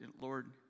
Lord